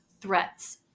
threats